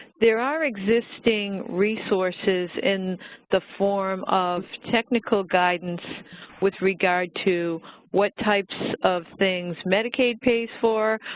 there are existing resources in the form of technical guidance with regard to what types of things medicaid pays for,